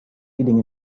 leading